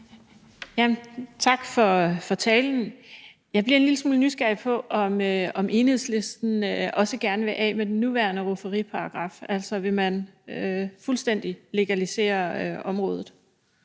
Tak for talen. Jeg bliver en lille smule nysgerrig, med hensyn til om Enhedslisten også gerne vil af med den nuværende rufferiparagraf. Altså, vil man fuldstændig legalisere området?